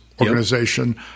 organization